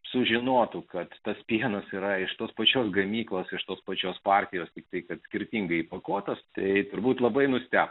sužinotų kad tas pienas yra iš tos pačios gamyklos iš tos pačios partijos į tai kad skirtingai pakuotas tai turbūt labai nuste